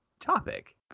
topic